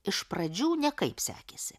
iš pradžių nekaip sekėsi